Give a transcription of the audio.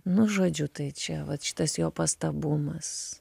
nu žodžiu tai čia vat šitas jo pastabumas